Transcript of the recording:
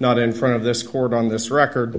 not in front of this court on this record